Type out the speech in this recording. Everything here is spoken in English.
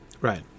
right